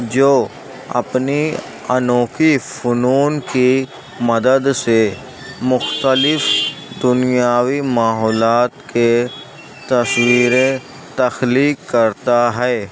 جو اپنی انوکھی فنون کی مدد سے مختلف دنیاوی ماحولات کے تصویریں تخلیق کرتا ہے